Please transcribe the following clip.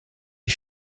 les